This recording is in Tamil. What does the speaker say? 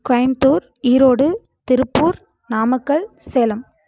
கோயம்புத்தூர் ஈரோடு திருப்பூர் நாமக்கல் சேலம்